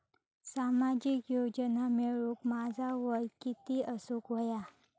सामाजिक योजना मिळवूक माझा वय किती असूक व्हया?